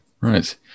Right